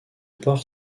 port